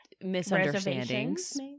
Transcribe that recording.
misunderstandings